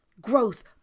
growth